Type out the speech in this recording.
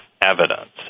evidence